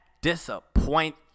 Disappoint